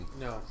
No